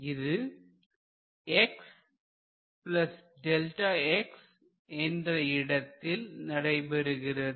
இது x Δx என்ற இடத்தில் நடைபெறுகிறது